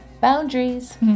boundaries